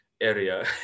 area